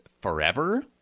forever